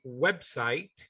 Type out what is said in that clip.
website